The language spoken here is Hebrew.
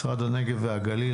משרד הנגב והגליל,